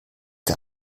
der